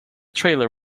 trailer